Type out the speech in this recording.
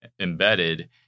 embedded